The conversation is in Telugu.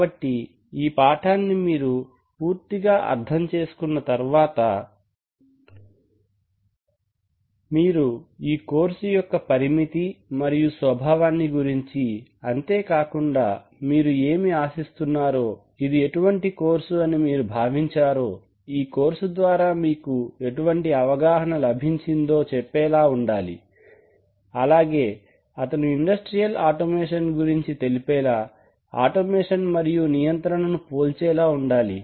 కాబట్టి ఈ పాఠాన్ని మీరు పూర్తిగా అర్థం చేసుకున్న తర్వాత మీరు ఈ కోర్సు యొక్క పరిమితి మరియు స్వభావాన్ని గురించి అంతేకాకుండా మీరు ఏమి ఆశిస్తున్నారో ఇది ఎటువంటి కోర్సు అని మీరు భావించారో ఈ కోర్సు ద్వారా మీకు ఎటువంటి అవగాహన లభించిందో చెప్పేలా ఉండాలి అలాగే అతను ఇండస్ట్రియల్ ఆటోమేషన్ గురించి తెలిపేలా ఆటోమేషన్ మరియు నియంత్రణను పోల్చేలా ఉండాలి